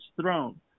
throne